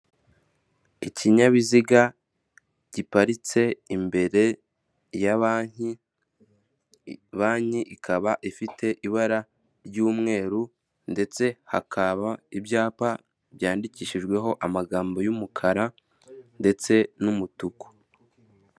Ikinyabiziga giparitse imbere ya banki, banki ikaba ifite ibara ry'umweru ndetse hakaba ibyapa byandikishijweho amagambo y'umukara ndetse n'umutuku.